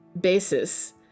basis